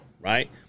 Right